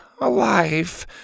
alive